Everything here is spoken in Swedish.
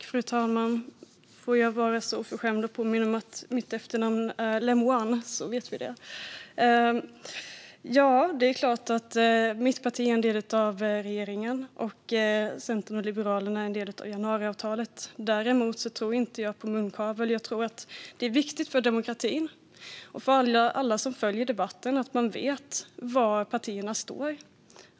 Fru talman! Får jag vara så oförskämd att påminna om hur mitt efternamn Le Moine uttalas, så att vi vet det? Det är klart att mitt parti är en del av regeringen, och Centern och Liberalerna är en del av januariavtalet. Däremot tror inte jag på munkavel. Det är viktigt för demokratin och alla som följer debatten att de vet var partierna står.